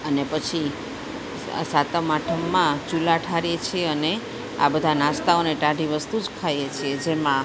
અને પછી આ સાતમ આઠમમાં ચૂલા ઠારીએ છીએ અને આ બધા નાસ્તાઓને ટાઢી વસ્તુ જ ખાઈએ છીએ જેમાં